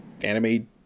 anime